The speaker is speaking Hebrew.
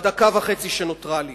בדקה וחצי שנותרה לי.